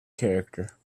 character